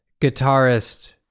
guitarist